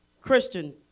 Christian